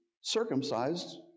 circumcised